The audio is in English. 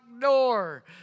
door